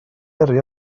yrru